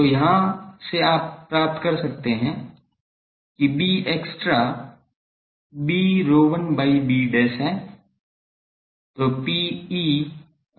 तो यहाँ से आप पा सकते हैं कि bextra b ρ1 by b हैं